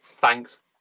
Thanks